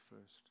first